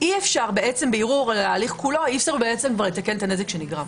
אי-אפשר בערעור על ההליך כולו כבר לתקן את הנזק שנגרם.